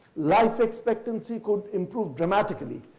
life expectancy could improve dramatically.